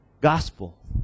gospel